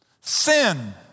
Sin